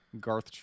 garth